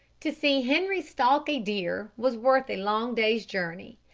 to see henri stalk a deer was worth a long day's journey.